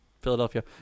Philadelphia